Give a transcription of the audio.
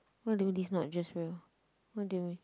what do you mean this is not just real what do you mean